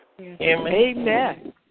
Amen